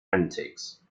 antics